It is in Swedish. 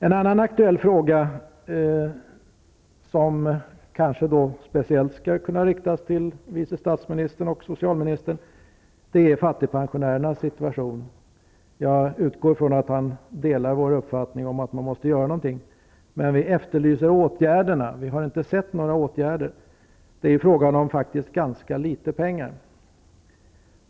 En annan aktuell fråga, som kanske speciellt kan riktas till socialministern och vice statsministern, är fattigpensionärernas situation. Jag utgår från att han delar vår uppfattning att man måste göra någonting, men vi efterlyser åtgärderna. Vi har inte sett några sådana. Det är faktiskt fråga om ganska litet pengar.